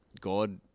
God